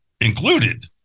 included